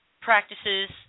practices